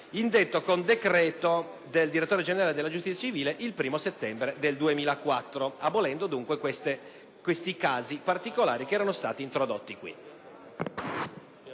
indetto con decreto del direttore generale della giustizia civile 1° settembre 2004», abolendo dunque casi particolari che erano stati introdotti.